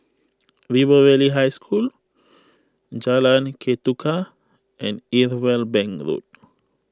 River Valley High School Jalan Ketuka and Irwell Bank Road